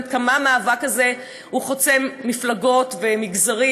כמה המאבק הזה הוא חוצה מפלגות ומגזרים,